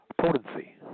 potency